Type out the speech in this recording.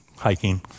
hiking